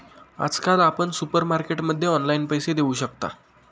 आजकाल आपण सुपरमार्केटमध्ये ऑनलाईन पैसे देऊ शकता